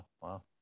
Wow